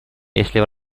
если